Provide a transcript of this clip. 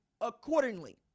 accordingly